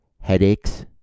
headaches